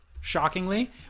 shockingly